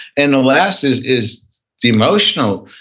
and the last is is the emotional,